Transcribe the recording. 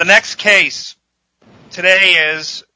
the next case today is